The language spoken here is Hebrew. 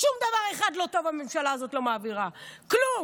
שום דבר אחד טוב הממשלה הזאת לא מעבירה, כלום.